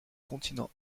continent